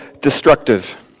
destructive